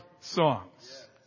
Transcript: songs